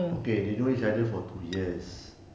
okay they know each other for two years